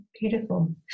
beautiful